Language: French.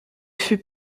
fut